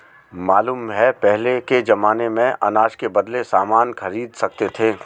मालूम है पहले के जमाने में अनाज के बदले सामान खरीद सकते थे